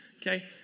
Okay